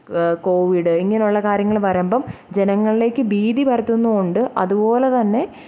Covid ഇങ്ങനെയുള്ള കാര്യങ്ങൾ വരുമ്പം ജനങ്ങളിലേക്ക് ഭീതി പരത്തുന്നും ഉണ്ട് അതുപോലെ തന്നെ